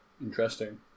interesting